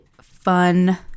fun